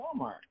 Walmart